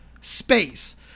space